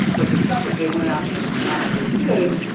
but the stuff that they went out and and actually did,